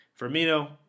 Firmino